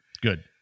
Good